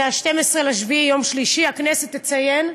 זה ב-12 ביולי, יום שלישי, הכנסת תציין.